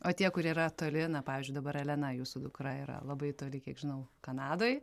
o tie kurie yra toli na pavyzdžiui dabar elena jūsų dukra yra labai toli kiek žinau kanadoj